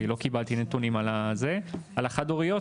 כי לא קיבלתי נתונים על החד- הוריות.